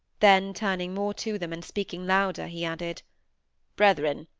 then turning more to them and speaking louder, he added brethren,